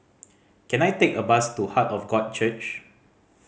can I take a bus to Heart of God Church